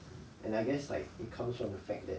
hmm and I guess like it comes from the fact that